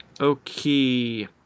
Okay